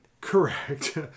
Correct